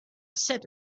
said